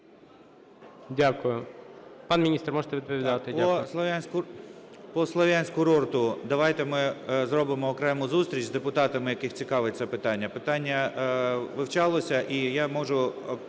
Дякую. Пане міністре, можете відповідати.